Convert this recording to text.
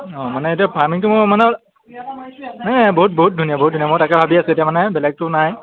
অঁ মানে এইটো ফাৰ্মিংটো মোৰ মানে নহয় নহয় বহুত বহুত ধুনীয়া বহুত ধুনীয়া মই তাকে ভাবি আছোঁ এতিয়া মানে বেলেগটো নাই